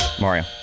Mario